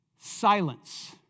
Silence